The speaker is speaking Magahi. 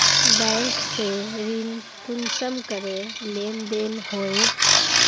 बैंक से ऋण कुंसम करे लेन देन होए?